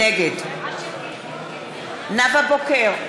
נגד נאוה בוקר,